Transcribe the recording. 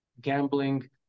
gambling